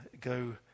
go